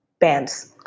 bands